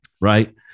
right